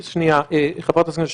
שנייה, חברת הכנסת שקד,